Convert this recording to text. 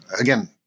again